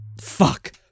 Fuck